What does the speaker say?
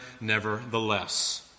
nevertheless